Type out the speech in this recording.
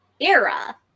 era